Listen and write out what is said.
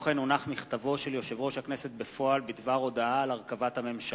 מכתבו של יושב-ראש הכנסת בפועל בדבר הודעה על הרכבת הממשלה.